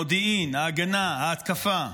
המודיעין, ההגנה, ההתקפה,